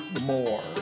more